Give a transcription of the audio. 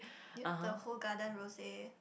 you know the whole garden Rosé